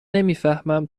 نمیفهمم